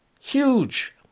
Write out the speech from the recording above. huge